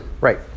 Right